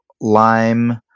lime